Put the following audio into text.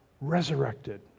resurrected